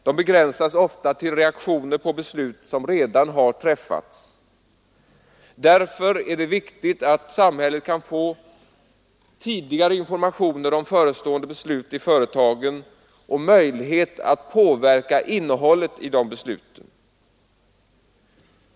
De begränsas ofta till reaktioner på beslut som redan har fattats. Därför är det viktigt att samhället kan få tidiga informationer om förestående beslut och möjlighet att påverka beslutens innehåll.